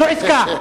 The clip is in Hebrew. זו עסקה,